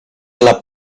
alla